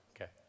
Okay